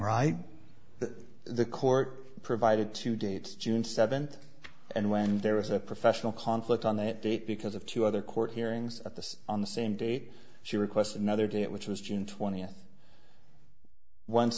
right to the court provided two dates june seventh and when there was a professional conflict on that date because of two other court hearings at this on the same date she requested another date which was june twentieth once